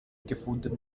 gefunden